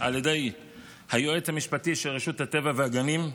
על ידי היועץ המשפטי של רשות הטבע והגנים,